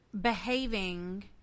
Behaving